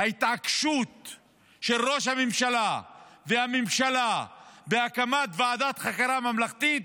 ההתעקשות של ראש הממשלה והממשלה נגד הקמת ועדת חקירה ממלכתית,